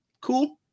Cool